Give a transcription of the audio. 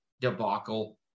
debacle